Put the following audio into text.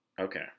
Okay